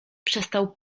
przestał